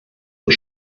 und